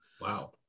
wow